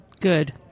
Good